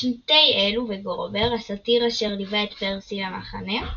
שתי אלו וגרובר, הסאטיר אשר ליווה את פרסי למחנה,